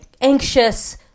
anxious